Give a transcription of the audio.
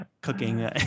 cooking